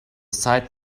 site